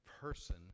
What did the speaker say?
person